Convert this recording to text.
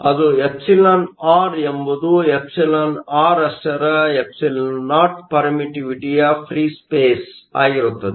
ಆದರೆ εr ಎಂಬುದು εr ರಷ್ಟರ εo ಪರ್ಮಿಟ್ಟಿವಿಟ್ಟಿಯ ಫ್ರೀ ಸ್ಪೇಸ್ ಆಗಿರುತ್ತದೆ